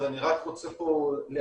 אז אני רק רוצה פה להבהיר,